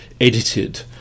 edited